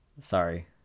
Sorry